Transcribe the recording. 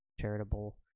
charitable